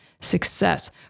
success